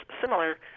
similar